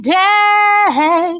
day